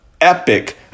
epic